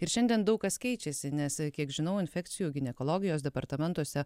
ir šiandien daug kas keičiasi nes kiek žinau infekcijų ginekologijos departamentuose